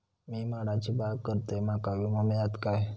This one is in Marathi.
मी माडाची बाग करतंय माका विमो मिळात काय?